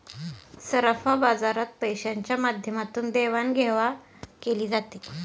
सराफा बाजारात पैशाच्या माध्यमातून देवाणघेवाण केली जाते